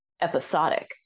episodic